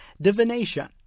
divination